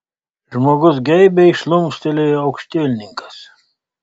žmogus geibiai šlumštelėjo aukštielninkas